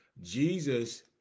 Jesus